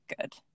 good